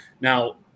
Now